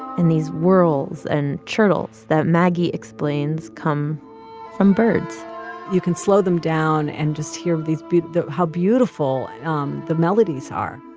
and these whirls and chortles that maggie explains come from birds you can slow them down and just hear these how beautiful um the melodies are.